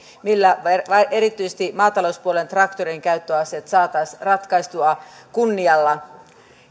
millä erityisesti maatalouspuolen traktorinkäyttöasiat saataisiin ratkaistua kunnialla